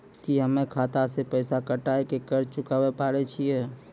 की हम्मय खाता से पैसा कटाई के कर्ज चुकाबै पारे छियै?